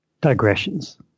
digressions